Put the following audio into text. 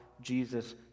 Jesus